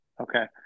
Okay